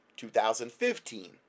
2015